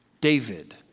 David